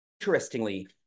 interestingly